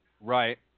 Right